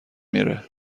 میره